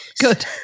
Good